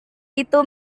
itu